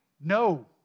No